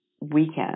weekend